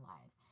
Life